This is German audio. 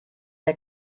der